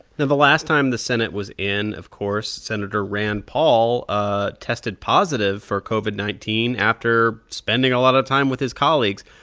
the the last time the senate was in, of course, sen. rand paul ah tested positive for covid nineteen after spending a lot of time with his colleagues.